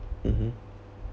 mmhmm